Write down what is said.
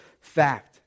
fact